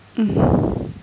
mm